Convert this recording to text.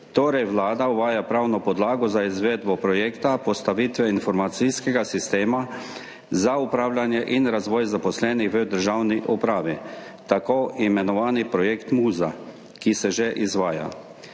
Torej, Vlada uvaja pravno podlago za izvedbo projekta postavitve informacijskega sistema za upravljanje in razvoj zaposlenih v državni upravi, tako imenovani projekt MUZA, ki se že izvaja.